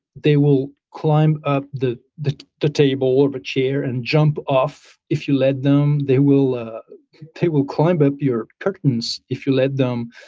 they will climb up the the table or the chair and jump off if you let them. they will they will climb up your curtains if you let them.